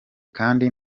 kandi